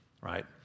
right